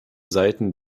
seiten